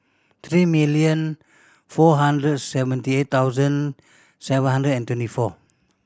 three million four hundred seventy eight thousand seven hundred and twenty four